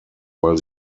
weil